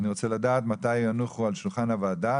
אני רוצה לדעת מתי יונחו על שולחן הוועדה.